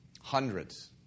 Hundreds